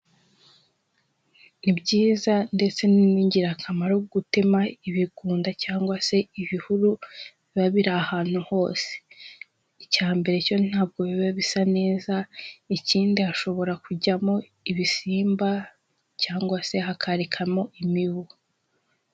Ibyiza ndetse n'ingirakamaro gutema ibigunda cyangwa se ibihuru biba biri ahantu hose. Icya mbere cyo ntabwo biba bisa neza, ikindi hashobora kujyamo ibisimba cyangwa se hakarikamo imibu.